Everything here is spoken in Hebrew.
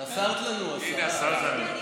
חסרת לנו, השרה.